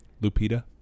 Lupita